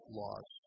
laws